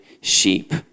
sheep